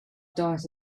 diet